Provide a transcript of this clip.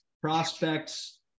prospects